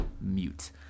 mute